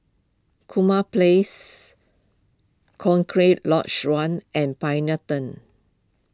Kurau Place Cochrane Lodge one and Pioneer Turn